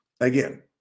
Again